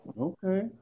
okay